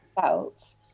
felt